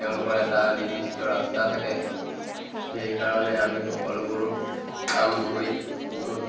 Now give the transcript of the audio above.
তেওঁলোকৰ এটা নিৰ্দিষ্ট ৰাস্তা থাকে সেইকাৰণে আমি সকলোবোৰ কাম বহীত বহুত